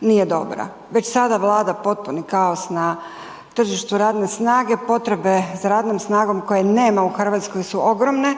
nije dobra. Već sada vlada potpuni kaos na tržištu radne snage, potrebe za radnom snagom koje nema u Hrvatskoj su ogromne,